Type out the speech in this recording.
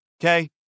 Okay